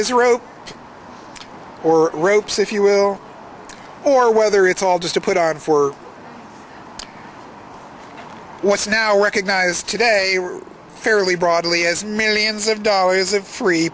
rope or ropes if you will or whether it's all just a put on for what's now recognized today were fairly broadly as millions of dollars of free